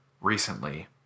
recently